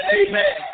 amen